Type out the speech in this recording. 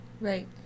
Right